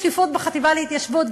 שקיפות בחטיבה להתיישבות,